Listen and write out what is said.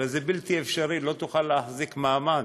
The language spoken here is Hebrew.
הרי זה בלתי אפשרי, לא תוכל להחזיק מעמד.